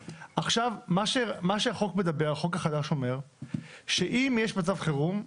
החוק החדש אומר שאם יש מצב חירום,